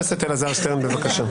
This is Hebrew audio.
לא